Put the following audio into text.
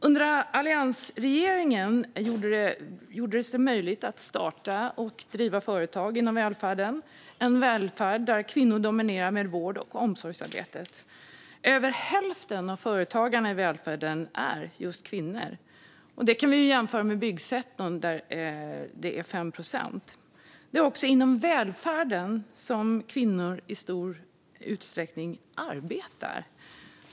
Under alliansregeringen gjordes det möjligt att starta och driva företag inom välfärden, en välfärd där kvinnor dominerar när det gäller vård och omsorgsarbetet. Över hälften av företagarna i välfärden är just kvinnor. Detta kan jämföras med byggsektorn, där det är 5 procent. Det är också inom välfärden som kvinnor i stor utsträckning arbetar.